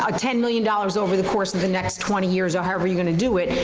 ah ten million dollars over the course of the next twenty years or however you're gonna do it,